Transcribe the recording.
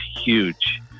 huge